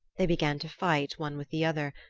they began to fight, one with the other,